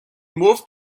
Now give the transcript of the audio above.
moved